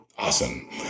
awesome